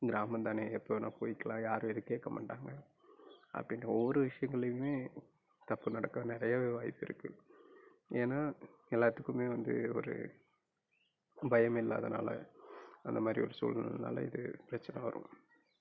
கிராமோந்தானே எப்போ வேணுணா போய்க்கிலாம் யாரும் எதுவும் கேட்க மாட்டாங்க அப்படினு ஒரு ஒரு விஷயங்களையுமே தப்பு நடக்க நிறையவே வாய்ப்பு இருக்குது ஏன்னா எல்லாத்துக்குமே வந்து ஒரு பயமில்லாதனால அந்த மாதிரி ஒரு சூழ்நிலனால இது பிரச்சனை வரும்